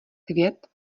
květ